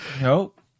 nope